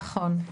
נכון.